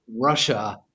Russia